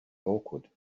awkward